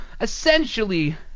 essentially